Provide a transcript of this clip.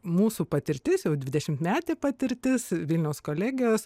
mūsų patirtis jau dvidešimtmetė patirtis vilniaus kolegijos